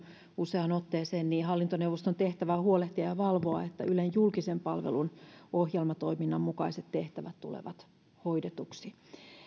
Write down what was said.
useaan otteeseen hallintoneuvoston tehtävä on huolehtia ja valvoa että ylen julkisen palvelun ohjelmatoiminnan mukaiset tehtävät tulevat hoidetuksi